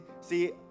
See